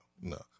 no